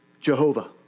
Jehovah